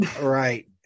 Right